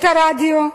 את הרדיו,